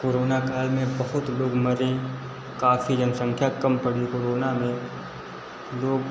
corona काल में बहुत लोग मरें काफी जनसंख्यां कम पड़ी कोरोना में लोग